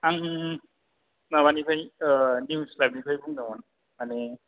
आं माबानिफ्राय निउज लाइफनिफ्राय बुंदोंमोन माने